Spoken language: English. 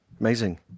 Amazing